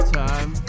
time